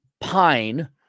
pine